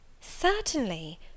Certainly